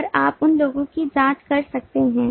और आप उन लोगों की जांच कर सकते हैं